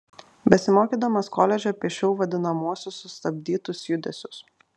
besimokydamas koledže piešiau vadinamuosius sustabdytus judesius